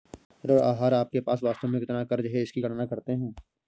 ऋण आहार आपके पास वास्तव में कितना क़र्ज़ है इसकी गणना करते है